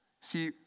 See